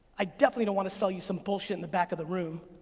i definitely don't wanna sell you some bullshit in the back of the room.